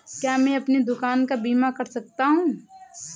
क्या मैं अपनी दुकान का बीमा कर सकता हूँ?